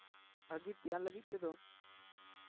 ᱵᱷᱟᱜᱮ ᱛᱮᱭᱟᱨ ᱞᱟᱹᱜᱤᱫ ᱛᱮᱫᱚ